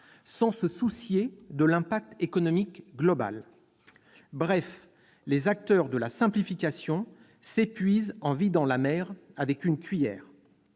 sans se soucier de l'impact économique global. Bref, les acteurs de la simplification s'épuisent en vidant la mer avec une cuillère.